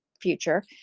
future